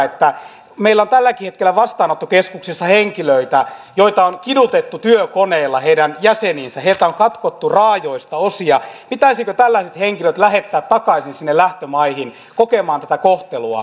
kun meillä on tälläkin hetkellä vastaanottokeskuksissa henkilöitä joita on kidutettu työkoneilla heiltä on katkottu raajoista osia pitäisikö tällaiset henkilöt lähettää takaisin lähtömaihin kokemaan tätä kohtelua